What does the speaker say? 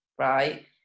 Right